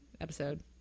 episode